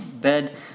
bed